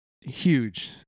huge